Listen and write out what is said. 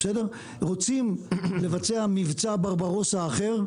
רוצים לבצע מבצע ברברוסה אחר,